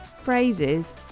phrases